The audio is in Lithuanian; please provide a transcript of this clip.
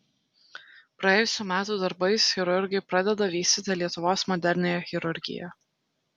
praėjusių metų darbais chirurgai pradeda vystyti lietuvos moderniąją chirurgiją